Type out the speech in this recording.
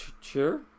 sure